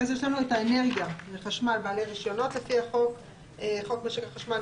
אחרי זה יש לנו את האנרגיה וחשמל: בעלי רישיונות לפי חוק משק החשמל,